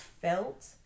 felt